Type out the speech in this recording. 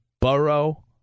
Burrow